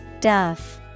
Duff